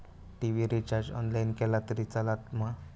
TV recharge online केला तरी चलात मा?